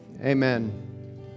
amen